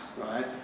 right